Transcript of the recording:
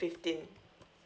fifteen